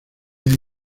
hay